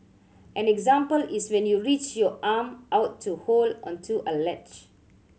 an example is when you reach your arm out to hold onto a ledge